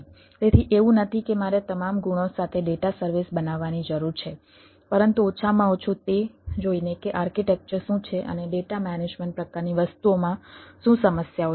તેથી એવું નથી કે મારે તમામ ગુણો સાથે ડેટા સર્વિસ બનાવવાની જરૂર છે પરંતુ ઓછામાં ઓછું તે જોઈને કે આર્કિટેક્ચર શું છે અને ડેટા મેનેજમેન્ટ પ્રકારની વસ્તુઓમાં શું સમસ્યાઓ છે